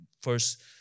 First